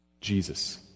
Jesus